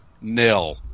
nil